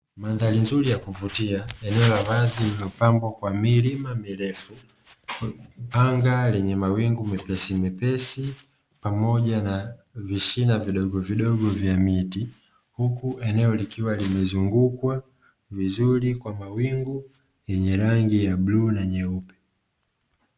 Mandhari nzuri ya kuvutia, eneo la wazi lililopambwa kwa milima mirefu, anga lenye mawingu mepesi mepesi, pamoja na vishina vidogo vidogo vya miti, huku eneo likiwa limezungukwa vizuri kwa mawingu yenye rangi ya bluu na nyeupe.